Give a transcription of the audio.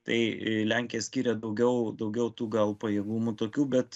tai lenkija skiria daugiau daugiau tų gal pajėgumų tokių bet